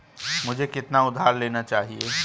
मुझे कितना उधार लेना चाहिए?